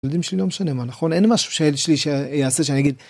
הילדים שלי לא משנה מה, נכון? אין משהו שהילד שלי יעשה שאני אגיד..